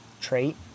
trait